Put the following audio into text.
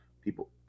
People